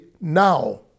now